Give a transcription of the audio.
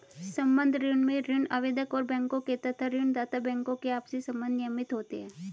संबद्ध ऋण में ऋण आवेदक और बैंकों के तथा ऋण दाता बैंकों के आपसी संबंध नियमित होते हैं